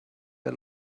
der